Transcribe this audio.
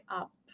up